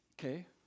Okay